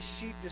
sheep